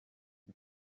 qui